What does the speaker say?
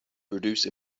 produce